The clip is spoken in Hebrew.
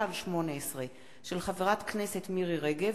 מאת חברי הכנסת רוברט טיבייב,